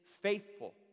faithful